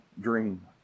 dream